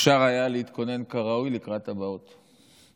אפשר היה להתכונן כראוי לקראת הבאות.